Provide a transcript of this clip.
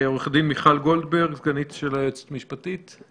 עורכת הדין מיכל גולדברג, סגנית היועצת המשפטית.